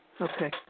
Okay